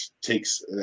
takes